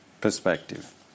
perspective